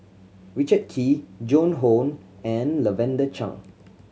Richard Kee Joan Hon and Lavender Chang